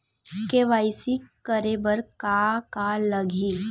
KYC करे बर का का लगही?